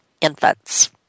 infants